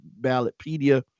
ballotpedia